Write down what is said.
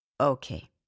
Okay